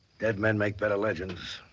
dead men make better legends.